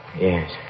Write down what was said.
yes